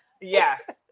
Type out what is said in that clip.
yes